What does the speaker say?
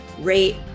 rate